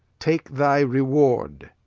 take thy reward.